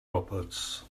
roberts